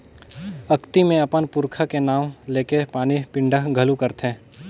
अक्ती मे अपन पूरखा के नांव लेके पानी पिंडा घलो करथे